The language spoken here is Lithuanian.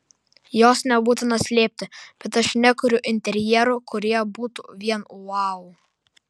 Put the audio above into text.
jos nebūtina slėpti bet aš nekuriu interjerų kurie būtų vien vau